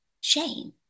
shame